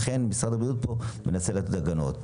לכן, משרד הבריאות מנסה לתת פה הגנות.